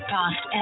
past